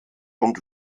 und